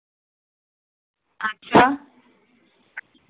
अच्छा